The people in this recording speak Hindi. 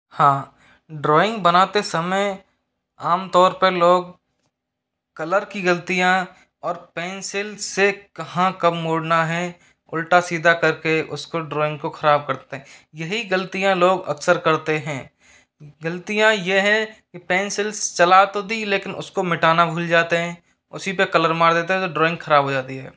हाँ ड्राइंग बनाते समय आम तौर पर लोग कलर की गलतियाँ और पेंसिल से कहाँ कब मुड़ना है उल्टा सीधा करके उसको ड्राइंग को खराब करते हैं यही गलतियाँ लोग अक्सर करते हैं गलतियाँ ये है कि पेंसिल्स चला तो दी लेकिन उसको मिटाना भूल जाते हैं उसी पे कलर मार देते हैं तो ड्राइंग खराब हो जाती है